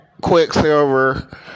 Quicksilver